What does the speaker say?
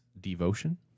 Devotion